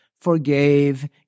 forgave